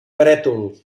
brètol